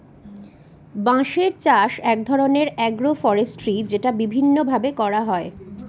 বাঁশের চাষ এক ধরনের এগ্রো ফরেষ্ট্রী যেটা বিভিন্ন ভাবে করা হয়